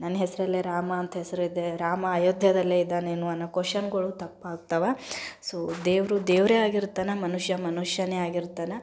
ನನ್ನ ಹೆಸರಲ್ಲೇ ರಾಮ ಅಂತ ಹೆಸರಿದೆ ರಾಮ ಅಯೋಧ್ಯೆದಲ್ಲೇ ಇದ್ದಾನೇನೋ ಅನ್ನೋ ಕೊಶ್ಶನ್ಗಳು ತಪ್ಪಾಗ್ತವೆ ಸೋ ದೇವರು ದೇವರೇ ಆಗಿರ್ತಾನೆ ಮನುಷ್ಯ ಮನುಷ್ಯನೇ ಆಗಿರ್ತಾನೆ